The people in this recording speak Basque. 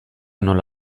nola